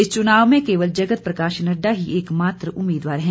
इस चुनाव में केवल जगत प्रकाश नड्डा ही एक मात्र उम्मीदवार हैं